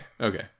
okay